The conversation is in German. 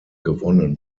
gewonnen